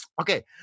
Okay